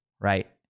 right